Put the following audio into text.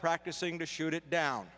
practicing to shoot it down